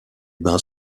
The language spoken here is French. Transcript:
bains